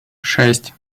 шесть